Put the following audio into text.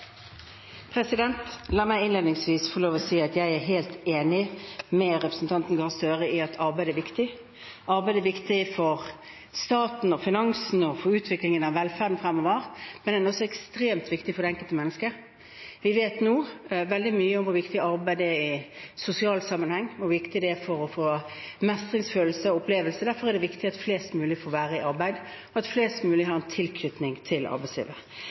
La meg innledningsvis få lov til å si at jeg er helt enig med representanten Gahr Støre i at arbeid er viktig. Arbeid er viktig for staten og finansene og for utviklingen av velferden fremover, men det er også ekstremt viktig for det enkelte mennesket. Vi vet nå veldig mye om hvor viktig arbeid er i sosial sammenheng, hvor viktig det er for å få mestringsfølelse og opplevelser. Derfor er det viktig at flest mulig får være i arbeid, og at flest mulig har en tilknytning til arbeidslivet.